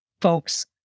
folks